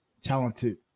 talented